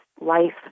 life